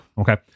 Okay